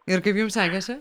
ir kaip jums sekėsi